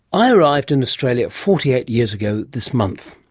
i arrived in australia forty eight years ago this month.